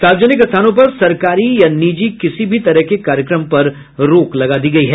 सार्वजनिक स्थानों पर सरकारी या निजी किसी भी तरह के कार्यक्रम पर रोक लगा दी गयी है